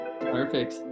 perfect